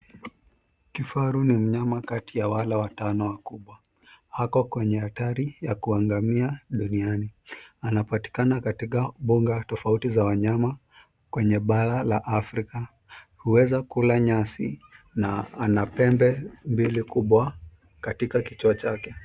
Kifaru ni mnyama kati ya wale watano wakubwa. Ako kwenye hatari ya kuangamia duniani. Anapatikana katika bonga tofauti za wanyama kwenye bara la afrika. Huweza kula nyasi na ana pembe mbili kubwa katika kichwa chake.